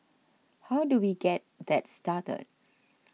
how do we get that started